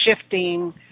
shifting